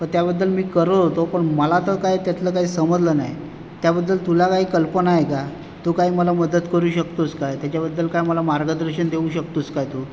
तर त्याबद्दल मी करत होतो पण मला तर काय त्यातलं काही समजलं नाही त्याबद्दल तुला काही कल्पना आहे का तू काही मला मदत करू शकतोस का त्याच्याबद्दल काय मला मार्गदर्शन देऊ शकतोच का तू